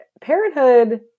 parenthood